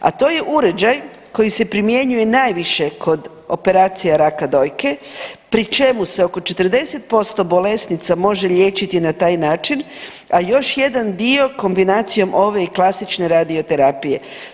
A to je uređaj koji se primjenjuje najviše kod operacija raka dojke, pri čemu se oko 40% bolesnica može liječiti na taj način a još jedan dio kombinacijom ove i klasične radio terapije.